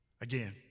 Again